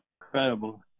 Incredible